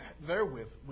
therewith